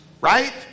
right